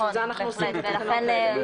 בשביל זה אנחנו עושים את התקנות האלה.